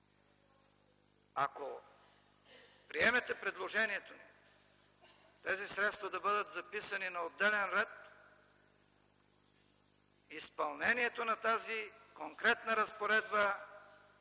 ако приемете предложението ни тези средства да бъдат записани на отделен ред, изпълнението на тази конкретна разпоредба